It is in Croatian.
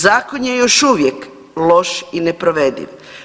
Zakon je još uvijek loš i neprovediv.